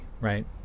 right